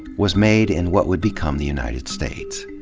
was made in what would become the united states.